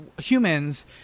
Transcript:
humans